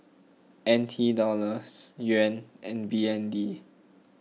N T Dollars Yuan and B N D